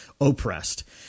oppressed